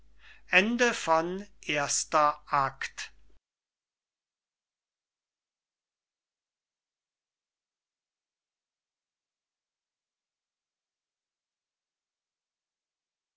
nebenpersonen erster akt